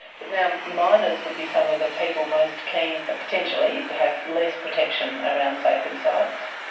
but now miners would be some of the people most keen, potentially, to have less protection around sacred sites.